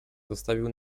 zostawił